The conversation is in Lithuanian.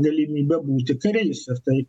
galimybę būti kariais nes tai